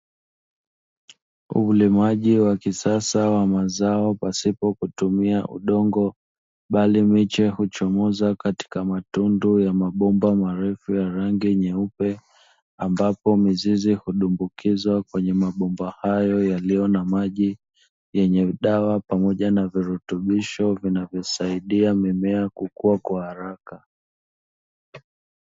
Ulimaji wa kisasa wa mazao pasipo kutumia udongo, bali miche huchumoza katika matundu ya mabomba marefu ya rangi nyeupe, ambapo mizizi hudumbukizwa kwenye mabomba hayo yaliyo na maji yenye dawa pamoja na virutubisho, vinavyosaidia mimea kukua kwa haraka.